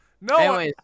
No